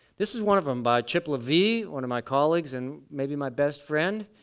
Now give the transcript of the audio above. this is one of them by chip lavie, one of my colleagues, and maybe my best friend.